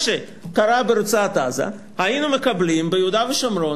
שקרה ברצועת-עזה היינו מקבלים ביהודה ושומרון,